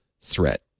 threat